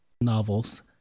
novels